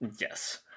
Yes